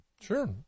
sure